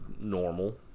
normal